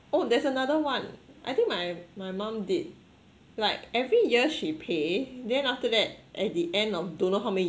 oh there's another one I think my my mum did like every year she pay then after that at the end of don't know how many